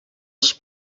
els